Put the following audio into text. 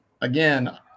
again